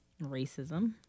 Racism